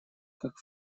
как